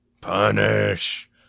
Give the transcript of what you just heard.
Punish